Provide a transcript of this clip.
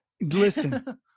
listen